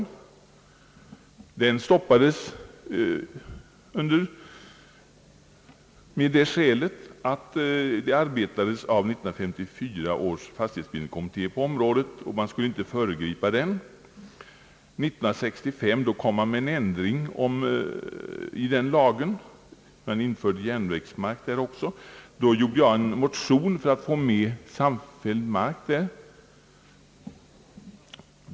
Motionen stoppades med motiveringen att 1954 års fastighetsbildningskommitté arbetade på området och att man inte skulle föregripa den. 1965 blev det en ändring i sammanföringslagen — man inkluderade järnvägsmarken. Då väckte jag en motion för att få med annan samfälld mark än vägar.